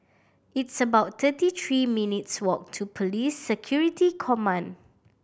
it's about thirty three minutes' walk to Police Security Command